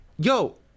Yo